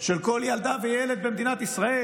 של כל ילדה וילד במדינת ישראל